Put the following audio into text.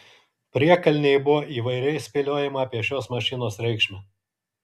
priekalnėj buvo įvairiai spėliojama apie šios mašinos reikšmę